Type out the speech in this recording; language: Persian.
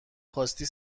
خواستی